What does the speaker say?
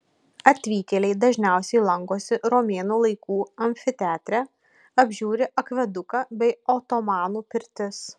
atvykėliai dažniausiai lankosi romėnų laikų amfiteatre apžiūri akveduką bei otomanų pirtis